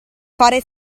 fare